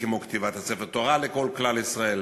כמו כתיבת ספר תורה לכל כלל ישראל,